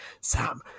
Sam